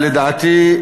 לדעתי,